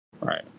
Right